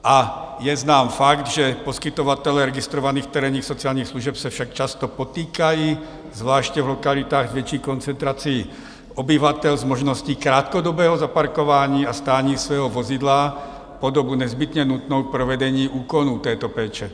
A je znám fakt, že poskytovatelé registrovaných terénních sociálních služeb se však často potýkají, zvláště v lokalitách s větší koncentrací obyvatel, s možností krátkodobého zaparkování a státní svého vozidla po dobu nezbytně nutnou k provedení úkonu této péče.